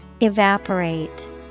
Evaporate